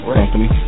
company